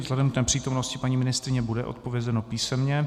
Vzhledem k nepřítomnosti paní ministryně bude odpovězeno písemně.